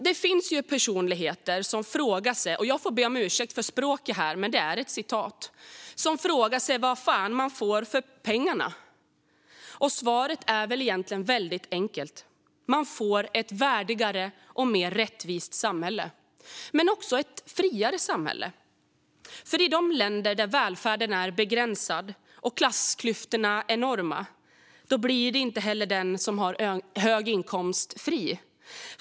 Det finns personer som frågar sig, och jag ber om ursäkt för språket, vad fan man får för pengarna. Svaret är väldigt enkelt. Man får ett värdigare och mer rättvist samhälle. Man får också ett friare samhälle, för i de länder där välfärden är begränsad och klassklyftorna enorma blir inte heller den med hög inkomst fri.